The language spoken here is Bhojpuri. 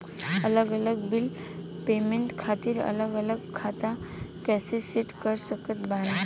अलग अलग बिल पेमेंट खातिर अलग अलग खाता कइसे सेट कर सकत बानी?